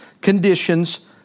conditions